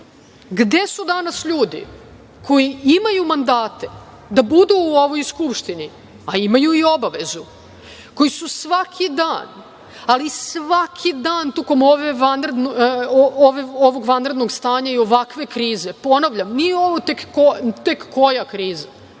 gde su danas ljudi koji imaju mandate da budu u ovoj Skupštini, a imaju i obavezu, koji su svaki dan, ali svaki dan tokom ovog vanrednog stanja i ovakve krize, ponavljam, nije ovo tek koja kriza,